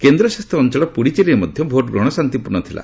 କେନ୍ଦ୍ରଶାସିତ ଅଞ୍ଚଳ ପୁଡୁଚେରୀରେ ମଧ୍ୟ ଭୋଟଗ୍ରହଣ ଶାନ୍ତିପୂର୍ଣ୍ଣ ଥିଲା